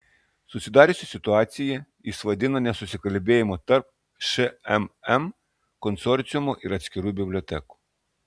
susidariusią situaciją jis vadina nesusikalbėjimu tarp šmm konsorciumo ir atskirų bibliotekų